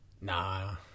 Nah